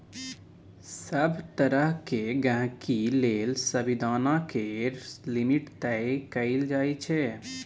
सभ तरहक गहिंकी लेल सबदिना केर लिमिट तय कएल जाइ छै